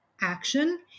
action